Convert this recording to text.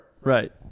Right